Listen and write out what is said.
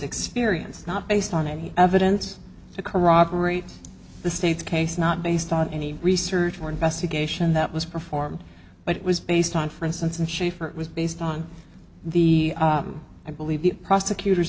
experience not based on any evidence to corroborate the state's case not based on any research or investigation that was performed but it was based on for instance and schaefer was based on the i believe the prosecutor